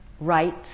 rights